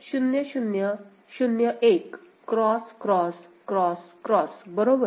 0 0 0 1 X X X X बरोबर